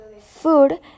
Food